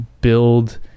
build